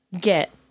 get